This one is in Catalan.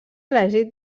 elegit